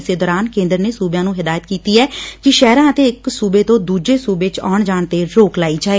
ਇਸੇ ਦੌਰਾਨ ਕੇਂਦਰ ਨੇ ਸੁਬਿਆਂ ਨੂੰ ਹਿਦਾਇਤ ਕੀਤੀ ਏ ਕਿ ਸ਼ਹਿਰਾਂ ਅਤੇ ਇਕ ਸੂਬੇ ਤੋਂ ਦੂਜੇ ਸੂਬੇ 'ਚ ਆਉਣ ਜਾਣ ਤੇ ਰੋਕ ਲਾਈ ਜਾਏ